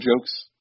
jokes